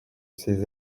ces